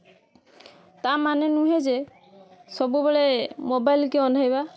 ତା'ମାନେ ନୁହେଁ ଯେ ସବୁବେଳେ ମୋବାଇଲ କି ଅନାଇବା